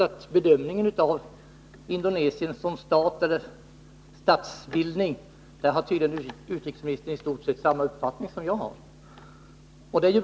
När det gäller bedömningen av Indonesien som statsbildning har utrikesministern tydligen i stort samma uppfattning som jag — och det är bra.